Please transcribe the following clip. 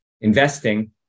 investing